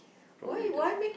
probably that